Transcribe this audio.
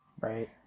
Right